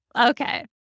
Okay